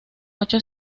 ocho